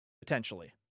Potentially